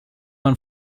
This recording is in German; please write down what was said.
man